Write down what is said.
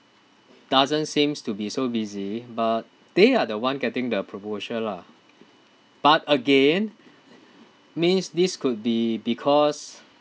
doesn't seems to be so busy but they are the one getting the promotion lah but again means this could be because